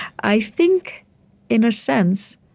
i think in a sense